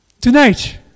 Tonight